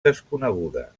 desconeguda